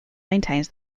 maintains